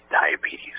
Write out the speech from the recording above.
Diabetes